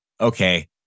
okay